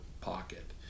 pocket